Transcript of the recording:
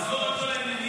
מטורף,